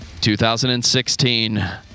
2016